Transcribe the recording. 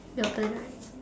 your turn right